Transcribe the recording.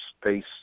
space